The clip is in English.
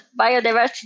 biodiversity